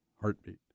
heartbeat